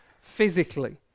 physically